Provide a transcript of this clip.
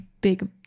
big